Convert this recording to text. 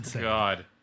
God